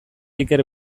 iker